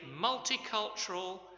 multicultural